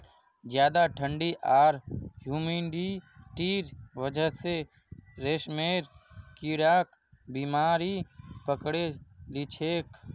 ज्यादा ठंडी आर ह्यूमिडिटीर वजह स रेशमेर कीड़ाक बीमारी पकड़े लिछेक